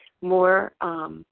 more